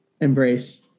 Embrace